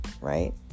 right